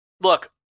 Look